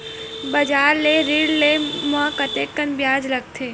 बजार ले ऋण ले म कतेकन ब्याज लगथे?